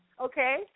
okay